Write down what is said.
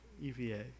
Eva